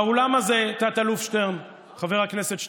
באולם הזה תת-אלוף שטרן, חבר הכנסת שטרן,